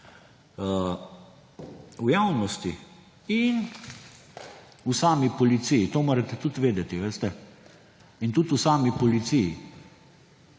v javnosti in v sami policiji ‒ to morate tudi vedeti ‒ veste. In tudi v sami policiji.